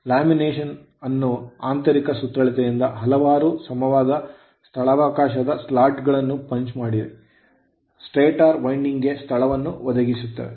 lamination ನ ಆಂತರಿಕ ಸುತ್ತಳತೆಯಿಂದ ಹಲವಾರು ಸಮವಾದ ಸ್ಥಳಾವಕಾಶದ ಸ್ಲಾಟ್ ಗಳು ಪಂಚ್ ಮಾಡಿ ಸ್ಟಾಟರ್ ವೈಂಡಿಂಗ್ ಗೆ ಸ್ಥಳವನ್ನು ಒದಗಿಸುತ್ತವೆ